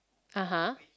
(aha)